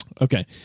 okay